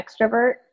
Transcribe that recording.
extrovert